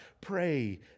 Pray